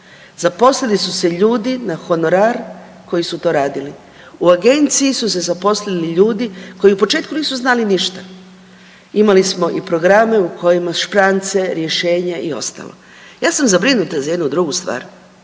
Zaposlili su se ljudi na honorar koji su to radili, u agenciji su se zaposlili ljudi koji u početku nisu znali ništa, imali smo i programe u kojima šprance, rješenja i ostalo. Ja sam zabrinuta za jednu drugu stvar,